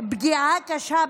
פגיעה קשה,